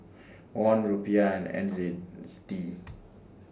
Won Rupiah and N Z D